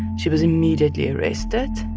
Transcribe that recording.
she was immediately arrested.